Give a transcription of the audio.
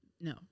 No